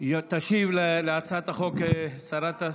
תשיב על הצעת החוק שרת,